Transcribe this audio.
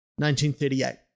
1938